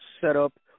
setup